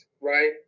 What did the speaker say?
right